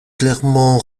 clairement